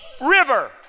river